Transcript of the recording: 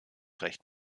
recht